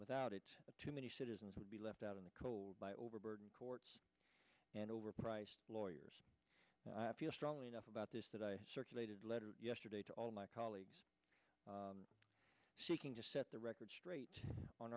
without it too many citizens would be left out in the cold by overburdened courts and overpriced lawyers i feel strongly enough about this that i circulated letter yesterday to all my colleagues seeking to set the record straight on